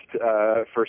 first